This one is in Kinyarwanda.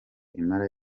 impala